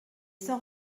sans